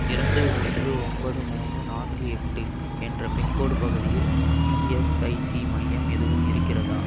இரண்டு ஒன்று ஒன்பது மூணு நான்கு எட்டு என்ற பின்கோடு பகுதியில் இஎஸ்ஐசி மையம் எதுவும் இருக்கிறதா